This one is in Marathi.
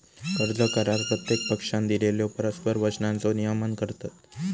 कर्ज करार प्रत्येक पक्षानं दिलेल्यो परस्पर वचनांचो नियमन करतत